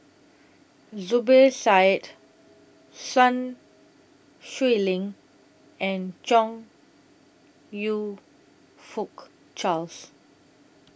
Zubir Said Sun Xueling and Chong YOU Fook Charles